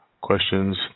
questions